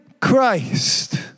Christ